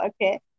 Okay